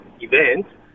event